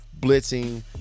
blitzing